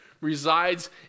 resides